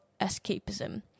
escapism